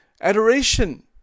adoration